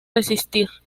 resistir